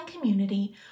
community